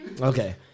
Okay